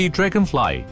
Dragonfly